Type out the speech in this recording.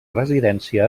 residència